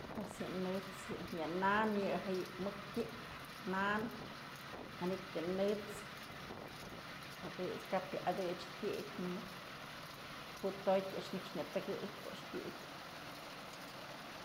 Pues yë nët's, yë na'an yë mëk pyëp na'an, manytë yë nët's ëdëch, kap yë adëch pyëk mëdë ju'ut jotyë a'ax nëkxë nya tëkëy ko'o a'ax pyëk.